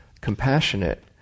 compassionate